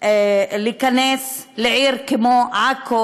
להיכנס לעיר כמו עכו,